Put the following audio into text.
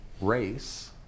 race